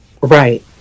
Right